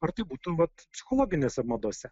ar tai būtų vat psichologinėse madose